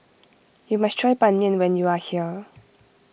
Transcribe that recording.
you must try Ban Mian when you are here